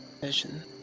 vision